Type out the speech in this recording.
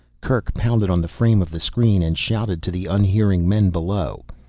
kerk pounded on the frame of the screen and shouted to the unhearing men below.